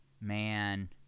Man